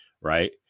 Right